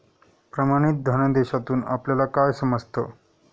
प्रमाणित धनादेशातून आपल्याला काय समजतं?